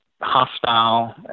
hostile